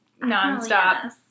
nonstop